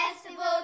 festival